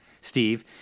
Steve